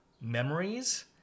memories